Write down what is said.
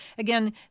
Again